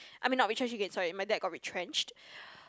I mean not retrenched again sorry my dad got retrenched